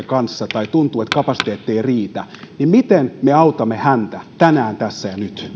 kanssa tai tuntuu että kapasiteetti ei riitä miten me autamme häntä tänään tässä ja nyt